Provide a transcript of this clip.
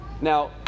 Now